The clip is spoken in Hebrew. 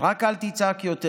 / רק אל תצעק יותר.